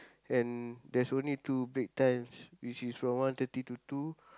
and there's only two break times which is from one thirty to two